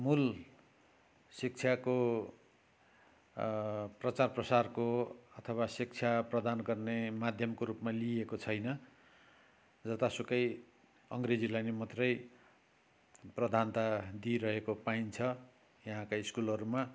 मूल शिक्षाको प्रचार प्रसारको अथवा शिक्षा प्रदान गर्ने माध्यमको रूपमा लिइएको छैन जतासुकै अङ्ग्रेजीलाई नै मात्रै प्रधानता दिइरहेको पाइन्छ यहाँका स्कुलहरूमा